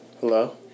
Hello